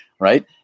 right